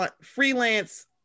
freelance